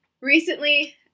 Recently